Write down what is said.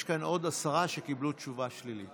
יש כאן עוד עשרה שקיבלו תשובה שלילית.